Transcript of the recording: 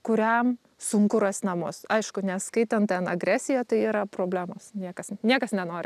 kuriam sunku rast namus aišku neskaitant ten agresiją tai yra problemos niekas niekas nenori